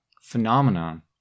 phenomenon